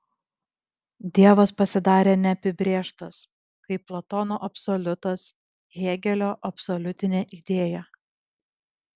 dievas pasidarė neapibrėžtas kaip platono absoliutas hėgelio absoliutinė idėja